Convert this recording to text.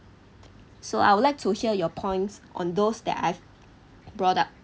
so I would like to hear your points on those that I've brought up